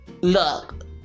look